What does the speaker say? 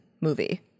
movie